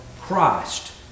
Christ